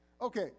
Okay